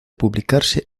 publicarse